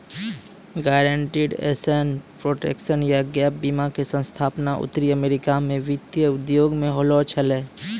guaranteed asset protection या gap बीमा के स्थापना उत्तरी अमेरिका मे वित्तीय उद्योग मे होलो छलै